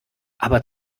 aber